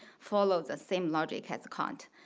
follow the same logic has kant.